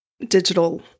digital